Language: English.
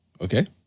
Okay